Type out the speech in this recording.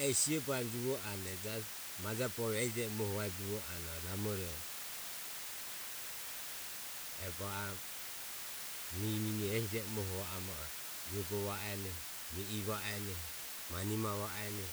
Ehi siho baeromo juvo anue majae bovioho ehi je e muoho vaebo juvo anue e namoroho e va oromo mie ininioho ehi je e muoho vae anue. Vuebo va ene, o ve i va ene. manima va ene